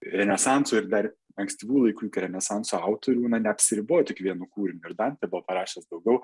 renesanso ir dar ankstyvųjų laikų iki renesanso autorių na neapsiribojo tik vienu kūriniu ir dantė buvo parašęs daugiau